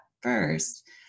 first